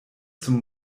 zum